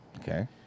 okay